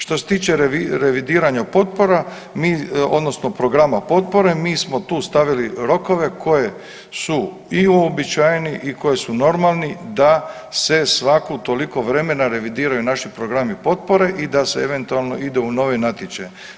Što se tiče revidiranja potpora mi odnosno programa potpore mi smo tu stavili rokove koji su i uobičajeni i koji su normalni da se svako toliko vremena revidiraju naši programi potpore i da se eventualno ide u novi natječaj.